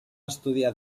estudiar